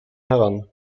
heran